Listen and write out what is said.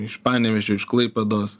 iš panevėžio iš klaipėdos